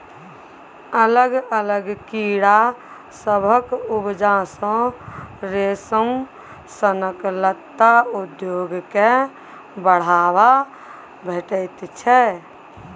अलग अलग कीड़ा सभक उपजा सँ रेशम सनक लत्ता उद्योग केँ बढ़ाबा भेटैत छै